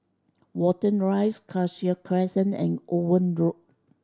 Watten Rise Cassia Crescent and Owen Road